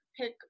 pick